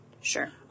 Sure